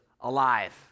alive